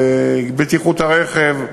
בטיחות הרכב,